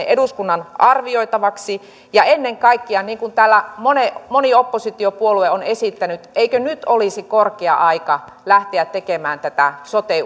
eduskunnan arvioitavaksi ja ennen kaikkea niin kuin täällä moni moni oppositiopuolue on esittänyt eikö nyt olisi korkea aika lähteä tekemään tätä sote